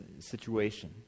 situation